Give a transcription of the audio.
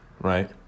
right